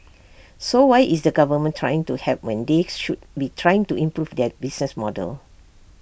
so why is the government trying to help when they should be trying to improve their business model